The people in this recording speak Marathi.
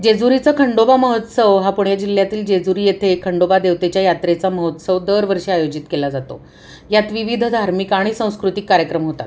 जेजुरीचा खंडोबा महोत्सव हा पुणे जिल्ह्यातील जेजुरी येथे खंडोबा देवतेच्या यात्रेचा महोत्सव दरवर्षी आयोजित केला जातो यात विविध धार्मिक आणि संस्कृतिक कार्यक्रम होतात